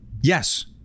yes